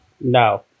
no